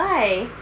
why